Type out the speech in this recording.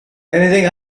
anything